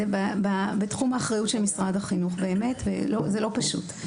זה בתחום האחריות של משרד החינוך באמת וזה לא פשוט.